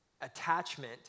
attachment